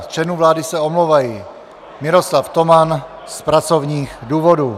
Z členů vlády se omlouvá Miroslav Toman z pracovních důvodů.